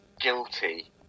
guilty